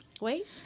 Wait